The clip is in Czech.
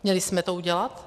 Měli jsme to udělat?